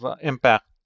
impact